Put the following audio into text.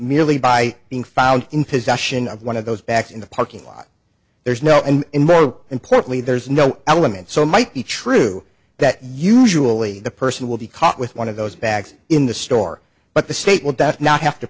merely by being found in possession of one of those back in the parking lot there's no and more importantly there's no element so might be true that usually the person will be caught with one of those bags in the store but the state will def not have to